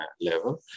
level